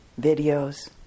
videos